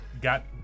Got